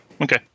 Okay